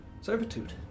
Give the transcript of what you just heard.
servitude